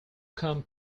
come